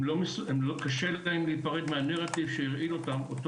קשה להם להיפרד מהנרטיב שהרעיל אותם אותו